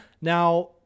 Now